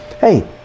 Hey